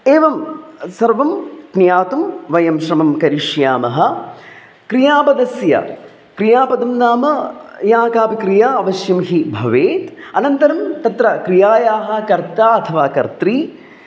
एवं सर्वं ज्ञातुं वयं श्रमं करिष्यामः क्रियापदस्य क्रियापदं नाम या कापि क्रिया अवश्यं हि भवेत् अनन्तरं तत्र क्रियायाः कर्ता अथवा कर्त्री